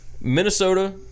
Minnesota